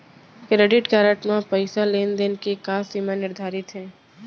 Credit card म पइसा लेन देन के का सीमा निर्धारित हे?